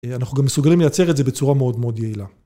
אנחנו גם מסוגלים לייצר את זה בצורה מאוד מאוד יעילה.